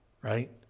right